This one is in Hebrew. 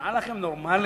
נראה לכם נורמלי?